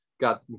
Got